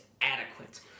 adequate